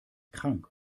krank